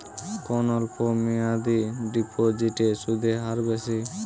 কোন অল্প মেয়াদি ডিপোজিটের সুদের হার বেশি?